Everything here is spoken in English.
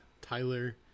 Tyler